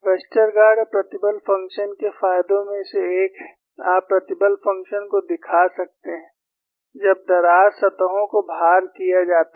Westergaard प्रतिबल function के फायदों में से एक है आप प्रतिबल फंक्शन को दिखा सकते हैं जब दरार सतहों को भार किया जाता है